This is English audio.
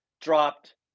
dropped